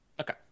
Okay